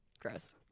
Gross